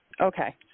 Okay